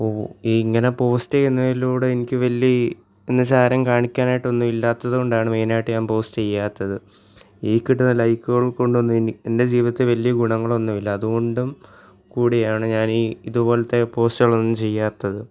ഓ ഇങ്ങനെ പോസ്റ്റ് ചെയ്യുന്നതിലൂടെ എനിക്ക് കാണിക്കാനായിട്ടൊന്നും ഇല്ലാത്തതുകൊണ്ടാണ് മെയിനായിട്ട് ഞാൻ പോസ്റ്റ് ചെയ്യാത്തത് ഈ കിട്ടുന്ന ലൈക്കുകൾ കൊണ്ടൊന്നും എനി എൻ്റെ ജീവിതത്തിൽ വലിയ ഗുണങ്ങളൊന്നും ഇല്ല അതുകൊണ്ടും കൂടിയാണ് ഞാൻ ഈ ഇതുപോലത്തെ പോസ്റ്റുകളൊന്നും ചെയ്യാത്തത്